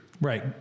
Right